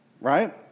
Right